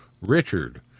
Richard